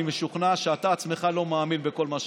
אני משוכנע שאתה עצמך לא מאמין בכל מה שאמרת,